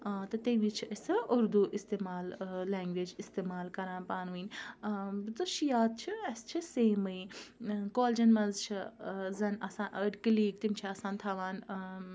تہٕ تمہِ وِز چھِ أسۍ سُہ اُردوٗ استعمال لینٛگویج استعمال کَران پانہٕ ؤنۍ تہٕ شِیَہہ چھِ اَسہِ چھِ سیمٕے کالجَن منٛز چھِ زَن آسان أڑۍ کٕلیٖگ تِم چھِ آسان تھَوان